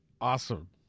Awesome